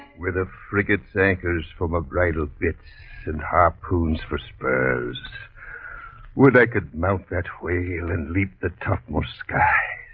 with a frigates anchors from a bits and harpoons for spurs would i could melt that whale and leap the topmost sky?